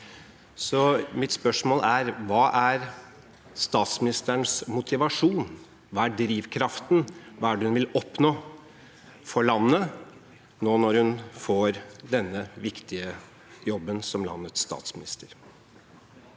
mitt spørsmål er: Hva er statsministerens motivasjon og drivkraft? Hva vil hun oppnå for landet, nå når hun får denne viktige jobben som landets statsminister?